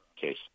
case